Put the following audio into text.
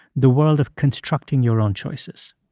the world of constructing your own choices